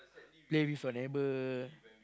play with your neighbour